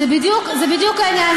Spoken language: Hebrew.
זה בדיוק העניין.